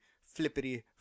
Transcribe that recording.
flippity